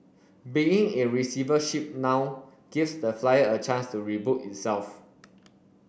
being in receivership now gives the Flyer a chance to reboot itself